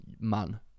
man